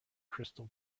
crystal